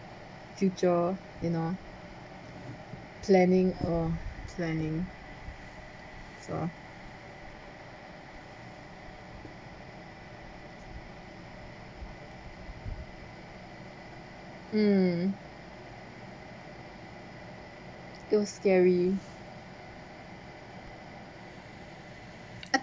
future you know planning all planning so mm it was scary I